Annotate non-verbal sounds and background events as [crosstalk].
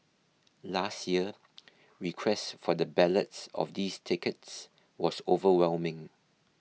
last year [noise] request for the ballots of these tickets was overwhelming